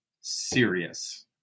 serious